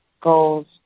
goals